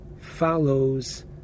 follows